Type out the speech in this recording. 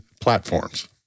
platforms